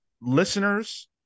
listeners